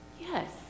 yes